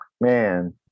man